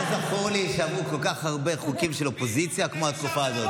לא זכור לי שעברו כל כך הרבה חוקים של אופוזיציה כמו בתקופה הזאת.